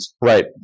Right